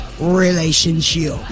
relationship